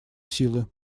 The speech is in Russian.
силы